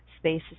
spaces